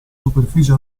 superficie